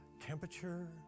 temperature